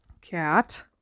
cat